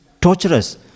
torturous